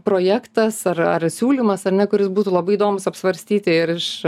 projektas ar ar siūlymas ar ne kuris būtų labai įdomus apsvarstyti ir iš